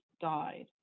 died